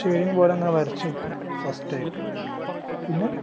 shading പോലെ അങ്ങനെ വരച്ച് വെക്കും ഫസ്റ്റായിട്ട് പിന്നെ